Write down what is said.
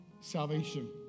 salvation